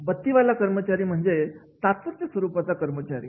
बत्तीवाला कर्मचारी म्हणजे तात्पुरत्या स्वरूपाचा कर्मचारी